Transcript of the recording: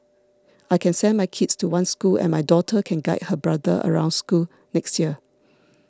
I can send my kids to one school and my daughter can guide her brother around school next year